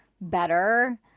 better